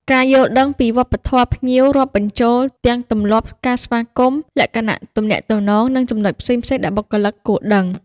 ការយល់ដឹងពីវប្បធម៌ភ្ញៀវ រាប់បញ្ចូលទាំងទម្លាប់ ការស្វាគមន៍ លក្ខណៈទំនាក់ទំនង និងចំណុចផ្សេងៗដែលបុគ្គលិកគួរដឹង។